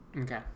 okay